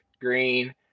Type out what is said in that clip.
green